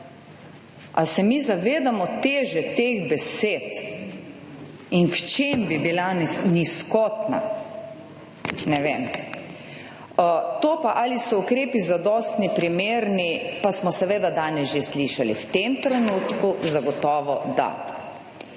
Ali se mi zavedamo teže teh besed in v čem bi bila nizkotna, ne vem. To pa, ali so ukrepi zadostni, primerni pa smo seveda danes že slišali. V tem trenutku zagotovo, da.